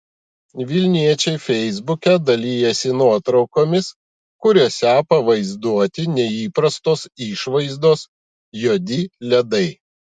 vilniečiai feisbuke dalijasi nuotraukomis kuriose pavaizduoti neįprastos išvaizdos juodi ledai